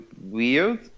weird